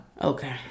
Okay